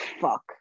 fuck